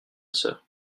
sœur